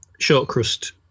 Shortcrust